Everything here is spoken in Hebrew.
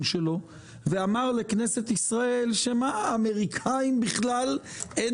שלו ואמר לכנסת ישראל שלאמריקאים בכלל אין